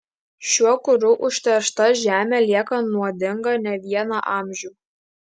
šiuo kuru užteršta žemė lieka nuodinga ne vieną amžių